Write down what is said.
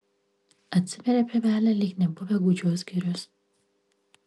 atsiveria pievelė lyg nebuvę gūdžios girios